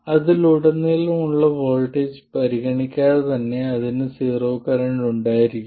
അതിൽ ഉടനീളമുള്ള വോൾട്ടേജ് പരിഗണിക്കാതെ തന്നെ അതിന് സീറോ കറന്റ് ഉണ്ടായിരിക്കും